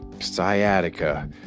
sciatica